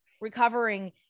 Recovering